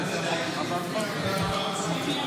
בבקשה.